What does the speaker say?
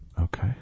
Okay